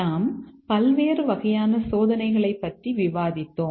நாம் பல்வேறு வகையான சோதனைகளைப் பற்றி விவாதித்தோம்